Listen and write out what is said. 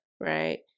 right